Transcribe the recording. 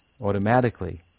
automatically